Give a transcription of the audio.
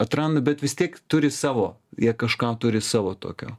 atranda bet vis tiek turi savo jie kažką turi savo tokio